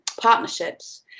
partnerships